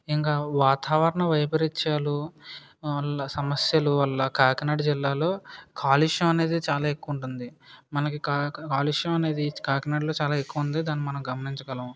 ఇంకా వాతావరణం వైపరీత్యాలు సమస్యల వల్ల కాకినాడ జిల్లాలో కాలుష్యం అనేది చాలా ఎక్కువ ఉంటుంది మనకి కాలుష్యం అనేది కాకినాడలో చాలా ఎక్కువ ఉంది దాన్ని మనం గమనించగలం